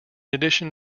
addition